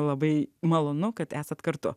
labai malonu kad esat kartu